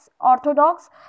orthodox